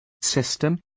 System